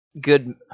good